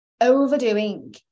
overdoing